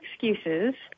excuses